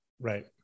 Right